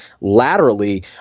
laterally